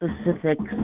specifics